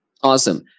Awesome